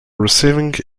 receiving